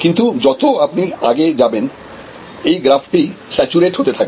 কিন্তু যত আপনি আগে যাবেন এই গ্রাফ টি স্যাচুরেট হতে থাকবে